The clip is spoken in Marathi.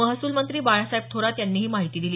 महसूलमंत्री बाळासाहेब थोरात यांनी ही माहिती दिली